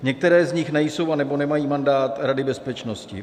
Některé z nich nejsou anebo nemají mandát Rady bezpečnosti.